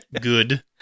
good